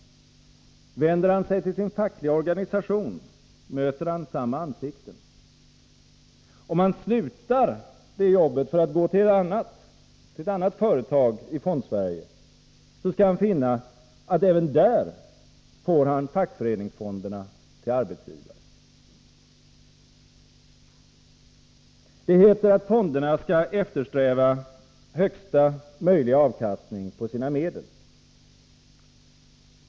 Vänder han sig till sin fackliga organisation, möter han samma ansikten. Om han slutar sitt jobb för att gå till ett annat företag i Fondsverige, skall han finna att han även där får fackföreningsfonderna till arbetsgivare. Det heter att fonderna skall eftersträva högsta möjliga avkastning på sina medel.